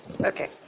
Okay